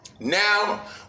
Now